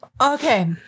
Okay